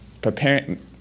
preparing